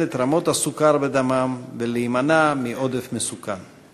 את רמות הסוכר בדמם ולהימנע מעודף מסוכן.